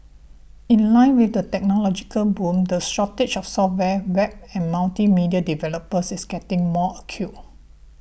in line with the technological boom the shortage of software Web and multimedia developers is getting more acute